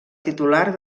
titular